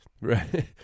Right